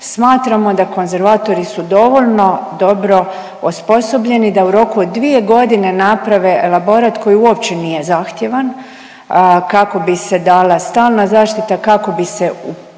Smatramo da konzervatori su dovoljno dobro osposobljeni da u roku od 2.g. naprave elaborat koji uopće nije zahtjevan, kako bi se dala stalna zaštita, kako bi se upisalo